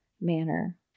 manner